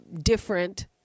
different